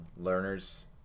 learners